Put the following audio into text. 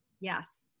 Yes